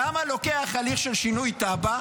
כמה לוקח הליך של שינוי תב"ע?